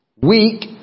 Weak